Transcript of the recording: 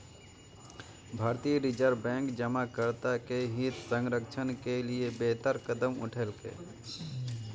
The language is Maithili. भारतीय रिजर्व बैंक जमाकर्ता के हित संरक्षण के लिए बेहतर कदम उठेलकै